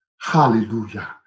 Hallelujah